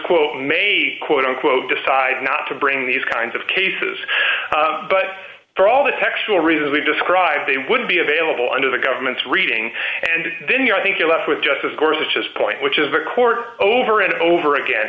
quote made quote unquote decide not to bring these kinds of cases but for all the textual reasons we've scribed they would be available under the government's reading and then you're i think you're left with just of course it's just point which is the court over and over again